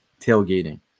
tailgating